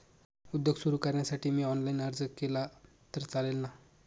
उद्योग सुरु करण्यासाठी मी ऑनलाईन अर्ज केला तर चालेल ना?